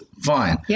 fine